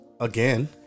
again